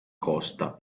costa